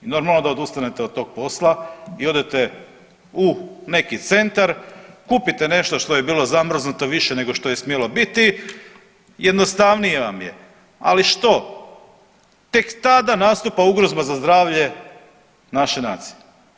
I normalno da odustanete od tog posla i odete u neki centar, kupite nešto što je bilo zamrznuto više nego što je smilo biti, jednostavnije vam je, ali što tek tada nastupa ugrozba za zdravlje naše nacije.